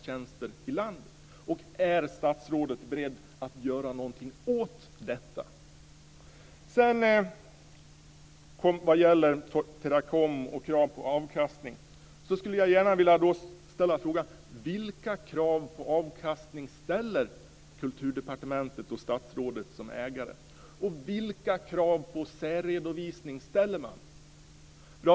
Vad gäller Teracom och krav på avkastning skulle jag gärna vilja ställa frågan: Vilka krav på avkastning ställer Kulturdepartementet och statsrådet som ägare? Vilka krav på särredovisning ställer man?